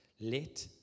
let